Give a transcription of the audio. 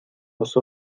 los